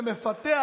זה מפתח,